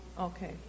Okay